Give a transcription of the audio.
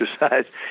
exercise